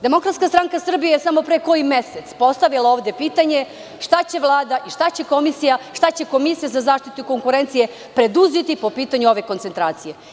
Demokratska stranka Srbije je samo pre koji mesec postavila ovde pitanje – šta će Vlada i šta će Komisija za zaštitu konkurencije preduzeti po pitanju ove koncentracije?